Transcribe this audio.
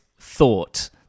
thought